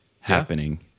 happening